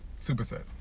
Superset